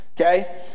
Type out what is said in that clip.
okay